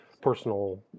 personal